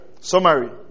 Summary